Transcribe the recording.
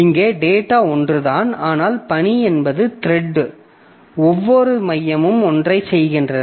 இங்கே டேட்டா ஒன்றுதான் ஆனால் பணி என்பது த்ரெட் ஒவ்வொரு மையமும் ஒன்றைச் செய்கின்றன